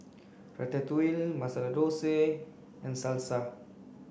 Ratatouille Masala Dosa and Salsa